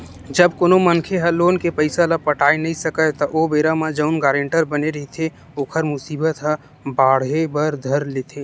जब कोनो मनखे ह लोन के पइसा ल पटाय नइ सकय त ओ बेरा म जउन गारेंटर बने रहिथे ओखर मुसीबत ह बाड़हे बर धर लेथे